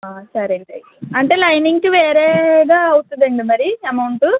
సరే అండి అయితే అంటే లైనింగ్కి వేరేగా అవుతుందండి మరి అమౌంటు